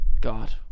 God